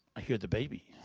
i hear the baby.